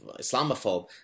Islamophobe